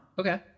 Okay